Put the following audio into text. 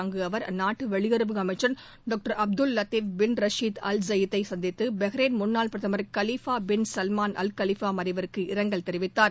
அங்கு அவர் அந்நாட்டு வெளியுறவு அமைச்சர் doctor Abdul Latif bin Rashid Al ஸையாளியை சந்தித்து ஹ்ரைன் முன்னாள் பிரதமர் Khalifa bin Salman Al Khalifa மறைவிற்கு இரங்கல் தெரிவித்தார்